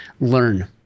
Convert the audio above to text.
learn